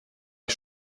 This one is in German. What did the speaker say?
ich